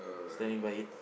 standing by it